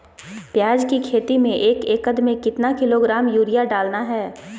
प्याज की खेती में एक एकद में कितना किलोग्राम यूरिया डालना है?